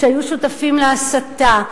שהיו שותפים להסתה,